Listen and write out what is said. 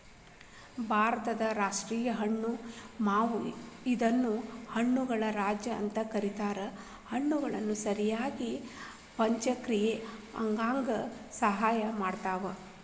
ಭಾರತದ ರಾಷ್ಟೇಯ ಹಣ್ಣು ಮಾವು ಇದನ್ನ ಹಣ್ಣುಗಳ ರಾಜ ಅಂತ ಕರೇತಾರ, ಹಣ್ಣುಗಳು ಸರಿಯಾಗಿ ಪಚನಕ್ರಿಯೆ ಆಗಾಕ ಸಹಾಯ ಮಾಡ್ತಾವ